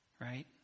right